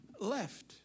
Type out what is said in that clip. left